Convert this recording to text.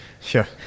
Sure